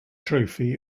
trophy